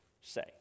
say